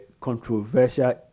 controversial